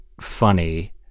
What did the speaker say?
funny